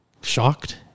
shocked